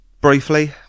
briefly